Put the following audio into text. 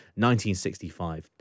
1965